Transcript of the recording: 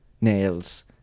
nails